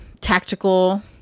tactical